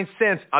cents